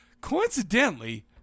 coincidentally